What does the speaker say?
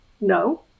No